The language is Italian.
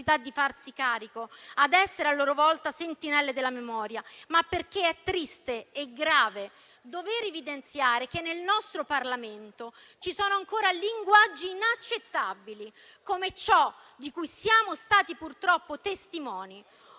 di farsi carico dell'essere a loro volta sentinelle della memoria, ma perché è triste e grave dover evidenziare che nel nostro Parlamento ci sono ancora linguaggi inaccettabili, come ciò di cui siamo stati purtroppo testimoni.